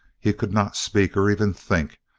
he could not speak, or even think,